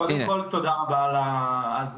קודם כל תודה רבה על ההזמנה,